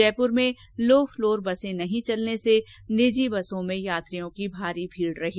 जयपुर में लोफ्लोर बसें नहीं चलने से निजी बसों में यात्रियों की भारी भीड़ रही